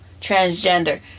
transgender